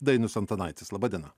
dainius antanaitis laba diena